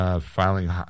filing